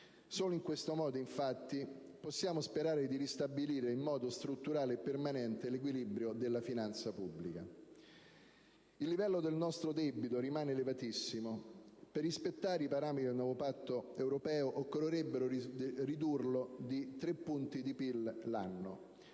Solo in questo modo, infatti, possiamo sperare di ristabilire in modo strutturale e permanente l'equilibrio della finanza pubblica. Il livello del nostro debito rimane elevatissimo. Per rispettare i parametri del nuovo Patto europeo occorrerebbe ridurlo di tre punti di PIL all'anno,